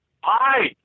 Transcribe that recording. Hi